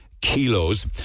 kilos